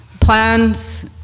plans